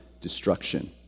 destruction